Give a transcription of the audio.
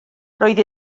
roedd